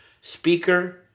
speaker